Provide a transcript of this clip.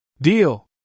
Deal